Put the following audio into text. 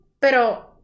pero